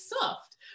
soft